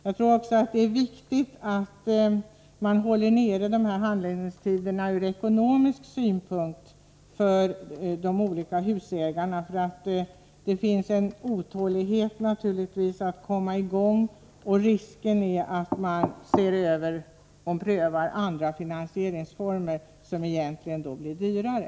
Att hålla nere handläggningstiderna tror jag är viktigt också ur ekonomisk synpunkt för husägarna. Det finns naturligtvis en otålighet att komma i gång. Risken är att man ser över och prövar andra finansieringsformer som kan bli dyrare.